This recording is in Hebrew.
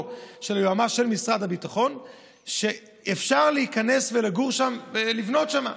של היועמ"ש של משרד הביטחון שאפשר להיכנס ולגור שם ולבנות שם.